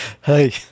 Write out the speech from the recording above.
Hey